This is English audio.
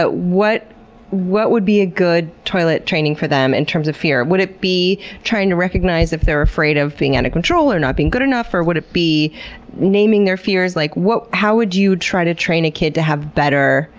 but what what would be a good toilet training for them in terms of fear? would it be trying to recognize if they're afraid of being out of control or not being good enough? or would it be naming their fears? like how would you try to train a kid to have better,